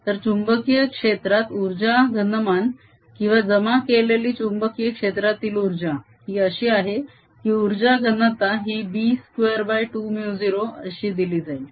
तर चुंबकीय क्षेत्रात उर्जा घनमान किंवा जमा केलेली चुंबकीय क्षेत्रातील उर्जा ही अशी आहे की उर्जा घनता ही B22μ0 अशी दिली जाईल